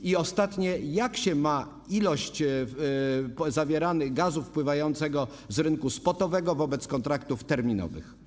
I ostatnie: Jak się ma ilość gazu wpływającego z rynku spotowego wobec kontraktów terminowych?